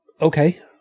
okay